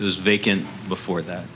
it was vacant before that